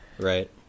Right